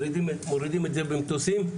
מורידים את זה במטוסים,